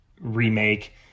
remake